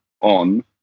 on